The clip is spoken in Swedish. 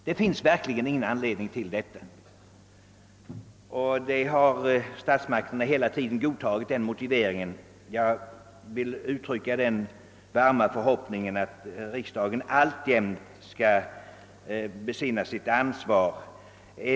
Den ståndpunkten har statsmakterna hela tiden intagit, och jag vill uttrycka den varma förhoppningen att riksdagen alltjämt skall besinna sitt ansvar.